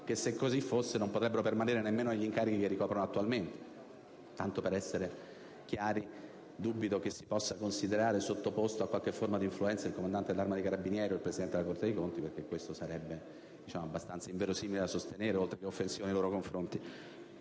che, se così fosse, non potrebbero permanere nemmeno negli incarichi che ricoprono attualmente. Tanto per essere chiari, dubito che si possa considerare sottoposto a qualche forma di influenza il Comandante dell'Arma dei carabinieri o il Presidente della Corte dei conti. Ciò sarebbe abbastanza inverosimile da sostenere, oltre che offensivo nei loro confronti.